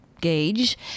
gauge